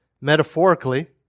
Metaphorically